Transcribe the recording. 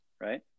right